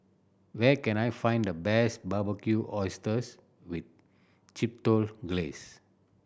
where can I find the best Barbecued Oysters with Chipotle Glaze